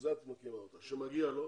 בשביל זה את מקימה אותה שמגיע לו,